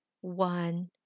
one